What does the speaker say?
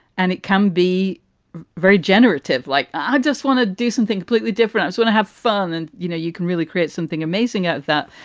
and it can be very generative. like, i just want to do something completely different. i want to have fun. and, you know, you can really create something amazing out of that.